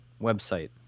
website